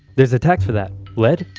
there's a tax for that. lead?